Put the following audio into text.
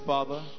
Father